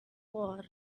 war